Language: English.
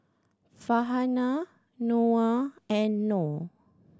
Farhanah Noah and Nor